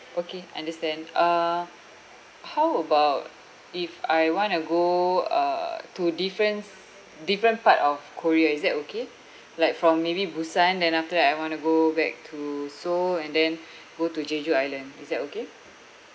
okay understand uh how about if I want to go uh to difference different part of korea is that okay like from maybe busan then after that I wanna go back to seoul and then go to jeju island is that okay